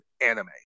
anime